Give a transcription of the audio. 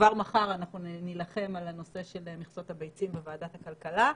כבר מחר אנחנו נילחם על הנושא של מכסות הביצים בוועדת הכלכלה,